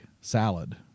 salad